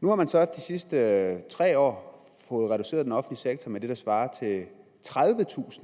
Nu har man så de sidste 3 år fået reduceret den offentlige sektor med det, der svarer til 30.000